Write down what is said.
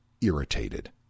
irritated